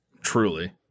Truly